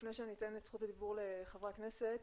לפני שאתן את זכות הדיבור לחברי הכנסת,